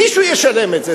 מישהו ישלם את זה.